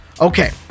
Okay